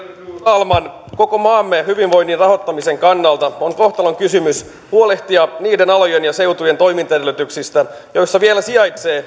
talman koko maamme hyvinvoinnin rahoittamisen kannalta on kohtalonkysymys huolehtia niiden alojen ja seutujen toimintaedellytyksistä joissa vielä sijaitsee